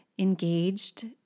engaged